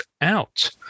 out